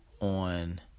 on